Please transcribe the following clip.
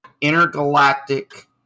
intergalactic